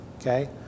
Okay